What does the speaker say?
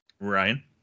Ryan